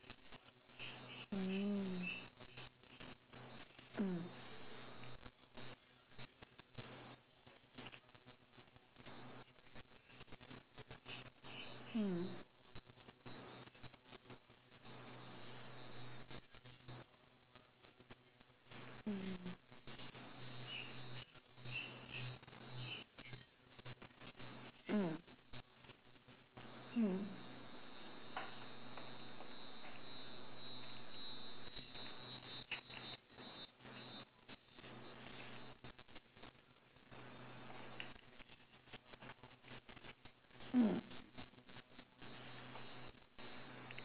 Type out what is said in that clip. mm mm hmm hmm mm hmm hmm